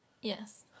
Yes